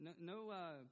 No